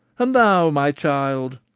and thou, my child,